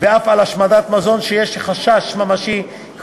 ואף על השמדת מזון שיש חשש ממשי כי